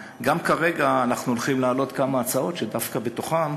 כרגע אנחנו גם הולכים להעלות כמה הצעות שדווקא בתוכן